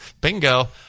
Bingo